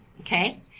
okay